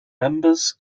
members